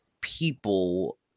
people